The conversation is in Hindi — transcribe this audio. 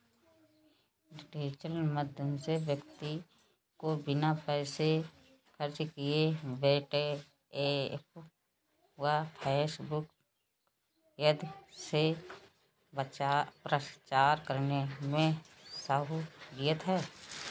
डिजिटल माध्यम से व्यक्ति को बिना पैसे खर्च किए व्हाट्सएप व फेसबुक आदि से प्रचार करने में सहूलियत है